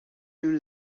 soon